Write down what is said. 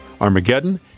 Armageddon